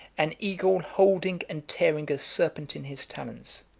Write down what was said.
an eagle holding and tearing a serpent in his talons,